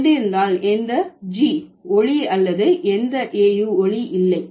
சென்றிருந்தால் எந்த g ஒலி அல்லது எந்த au ஒலி இல்லை